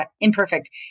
imperfect